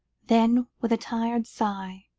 then, with a tired sigh,